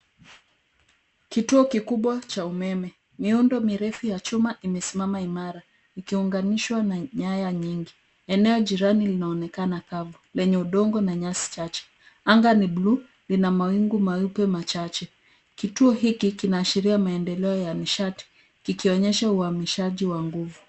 Kituo kikubwa cha umeme. Miundo mirefu ya chuma imesimama imara, ikiunganishwa na nyaya nyingi. Eneo jirani linaonekana kavu, lenye udongo na nyasi chache. Anga ni buluu, lina mawingu meupe machache. Kituo hiki kinaashiria maendeleo ya nishati, kikionyesha uhamishaji wa nguvu.